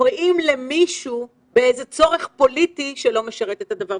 מפריעה למישהו באיזה צורך פוליטי שלא משרת את הדבר.